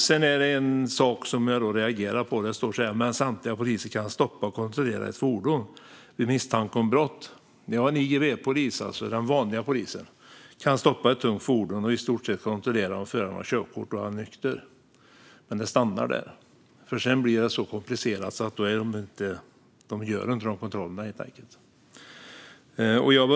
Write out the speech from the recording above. Sedan reagerade jag på en sak i svaret. Ministern säger att "samtliga poliser kan stoppa och kontrollera fordon vid misstanke om brott". Ja, IGV-polisen, alltså den vanliga polisen, kan stoppa ett tungt fordon och i stort sett kontrollera om föraren har körkort och är nykter, men det stannar där, för sedan blir det så komplicerat att man helt enkelt inte gör sådana kontroller.